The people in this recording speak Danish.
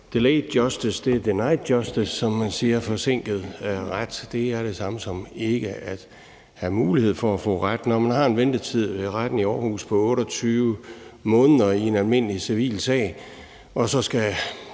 Delayed justice er denied justice, som man siger; forsinket ret er det samme som ikke at have mulighed for at få ret. Når man har en ventetid ved retten i Aarhus på 28 måneder i en almindelig civilsag, som måske